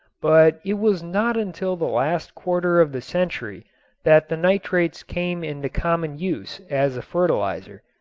but it was not until the last quarter of the century that the nitrates came into common use as a fertilizer.